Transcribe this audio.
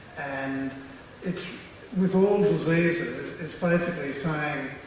and it's with all diseases it's basically saying,